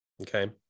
Okay